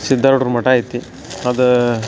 ಸಿದ್ಧಾರೂಢ್ರ ಮಠ ಐತಿ ಅದ